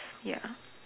ya